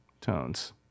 tones